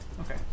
Okay